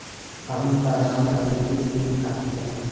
हम बादाम का तेल भी निकालते हैं